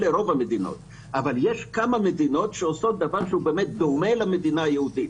יש כמה מדינות שעושות דבר שהוא באמת דומה למדינה היהודית,